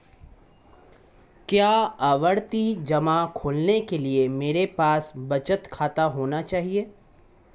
क्या आवर्ती जमा खोलने के लिए मेरे पास बचत खाता होना चाहिए?